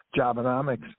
Jobonomics